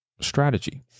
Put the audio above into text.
strategy